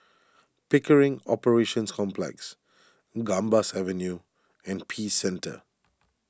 Pickering Operations Complex Gambas Avenue and Peace Centre